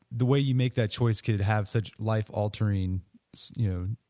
the way you make that choice could have such life altering you know,